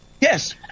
Yes